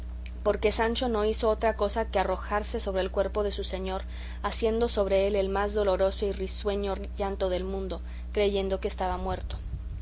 porque sancho no hizo otra cosa que arrojarse sobre el cuerpo de su señor haciendo sobre él el más doloroso y risueño llanto del mundo creyendo que estaba muerto